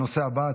הנושא הבא,